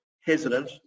hesitant